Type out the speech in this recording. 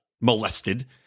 molested